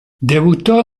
debuttò